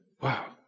wow